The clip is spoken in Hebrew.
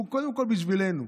הוא קודם כול בשבילנו.